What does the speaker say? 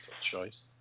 choice